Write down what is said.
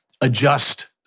adjust